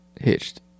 hitched